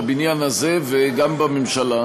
בבניין הזה וגם בממשלה,